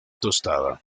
tostada